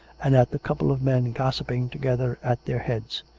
and at the couple of men gossiping together at their heads.